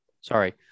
Sorry